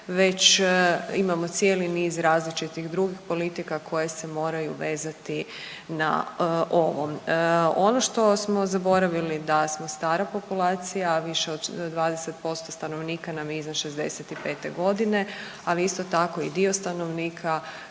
već imamo cijeli niz različitih drugih politika koje se moraju vezati na ovo. Ono što smo zaboravili da smo stara populacija, više od 20% stanovnika nam je iznad 65 godine, ali isto tako i dio stanovnika